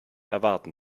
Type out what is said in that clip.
erwarten